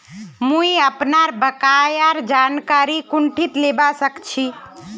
मुई अपनार बकायार जानकारी कुंठित लिबा सखछी